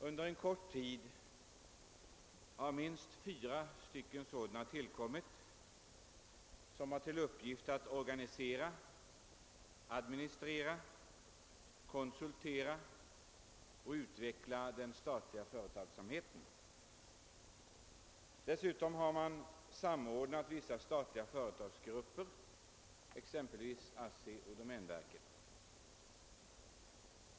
Under en kort tid har minst fyra sådana tillkommit, som har till uppgift att organisera, administrera och utveckla den statliga företagsamheten eller stå den till tjänst med konsultverksamhet. Dessutom har man samordnat vissa statliga företagsgrupper, exempelvis ASSI och domänverket.